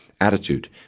attitude